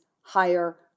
higher